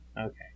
Okay